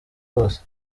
hose